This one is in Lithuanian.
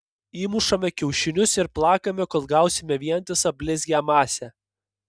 įmušame kiaušinius ir plakame kol gausime vientisą blizgią masę